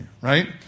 right